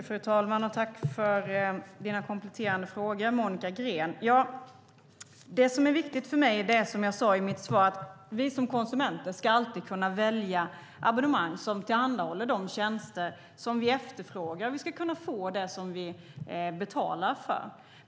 Fru talman! Tack för dina kompletterande frågor, Monica Green! Som jag sade i mitt tidigare inlägg är det viktigt för mig att vi som konsumenter alltid ska kunna välja abonnemang som tillhandahåller de tjänster vi efterfrågar. Vi ska kunna få det som vi betalar för.